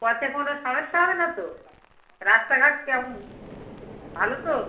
পথে কোনো সমেস্যা হবে না তো রাস্তাঘাট কেমন ভালো তো